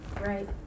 right